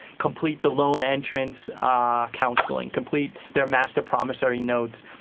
complete the loan entrance ah counseling, complete their master promissory notes.